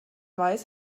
weiß